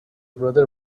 brother